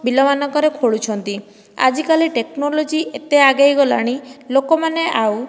ବିଲ ମାନଙ୍କରେ ଖୋଳୁଛନ୍ତି ଆଜିକାଲି ଟେକ୍ନୋଲୋଜି ଏତେ ଆଗେଇ ଗଲାଣି ଲୋକମାନେ ଆଉ